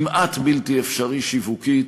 כמעט בלתי אפשרי שיווקית,